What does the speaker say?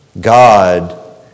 God